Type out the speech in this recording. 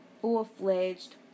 full-fledged